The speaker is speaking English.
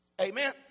Amen